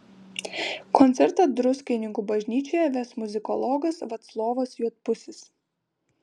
koncertą druskininkų bažnyčioje ves muzikologas vaclovas juodpusis